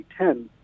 2010